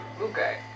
Okay